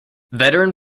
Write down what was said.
veteran